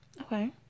Okay